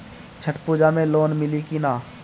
छठ पूजा मे लोन मिली की ना?